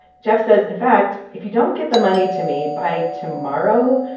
jeff says, in fact, if you don't get the money to me by tomorrow,